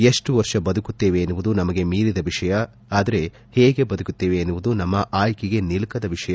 ಎಷ್ಟು ವರ್ಷ ಬದುಕುತ್ತೇವೆ ಎನ್ನುವುದು ನಮಗೆ ಮೀರಿದ ವಿಷಯ ಆದರೆ ಹೇಗೆ ಬದುಕುತ್ತೇವೆ ಎನ್ನುವುದು ನಮ್ನ ಆಯ್ನೆಗೆ ನಿಲುಕುವ ವಿಷಯ